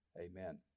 amen